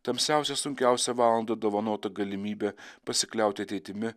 tamsiausią sunkiausią valandą dovanota galimybė pasikliauti ateitimi